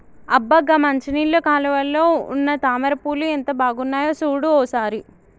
అబ్బ గా మంచినీళ్ళ కాలువలో ఉన్న తామర పూలు ఎంత బాగున్నాయో సూడు ఓ సారి